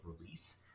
release